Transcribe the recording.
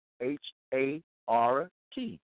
H-A-R-T